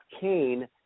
Kane